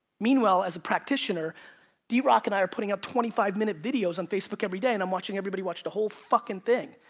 meanwhile as a practitioner drock and i are putting out twenty five minute videos on facebook everyday and i'm watching everybody watch the whole fuckin' thing.